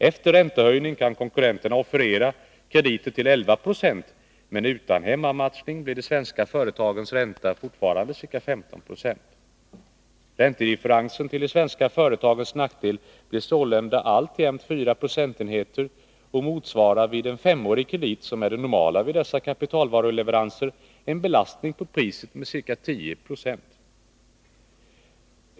Efter räntehöjning kan konkurrenterna offerera krediter till 11 96 men utan hemmamatchning blir de svenska företagens ränta fortfarande ca 15 20. Räntedifferensen till de svenska företagens nackdel blir sålunda alltjämt 4 procentenheter och motsvarar vid en femårig kredit, som är det normala vid dessa kapitalvaruleveranser, en belastning på priset med ca 10 96.